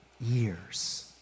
years